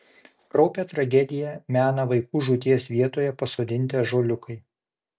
kraupią tragediją mena vaikų žūties vietoje pasodinti ąžuoliukai